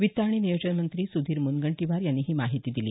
वित्त आणि नियोजन मंत्री सुधीर मुनगंटीवार यांनी ही माहिती दिली